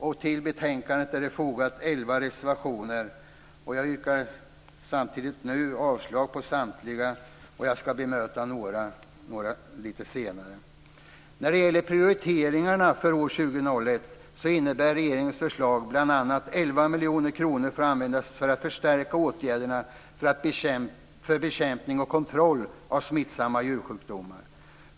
Det finns elva reservationer i betänkandet, och jag yrkar nu avslag på samtliga. Jag ska bemöta några av dem lite senare. När det gäller prioriteringarna för år 2001 innebär regeringens förslag bl.a. att 11 miljoner kronor får användas för att förstärka åtgärderna för bekämpning och kontroll av smittsamma djursjukdomar.